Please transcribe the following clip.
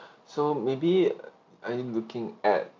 so maybe are you looking at